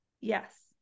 Yes